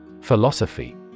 Philosophy